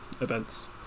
events